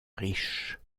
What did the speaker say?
riche